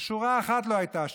אבל שורה אחת לא הייתה שם: